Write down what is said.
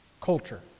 culture